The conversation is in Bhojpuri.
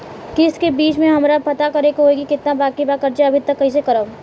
किश्त के बीच मे हमरा पता करे होई की केतना बाकी बा कर्जा अभी त कइसे करम?